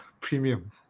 premium